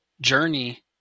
journey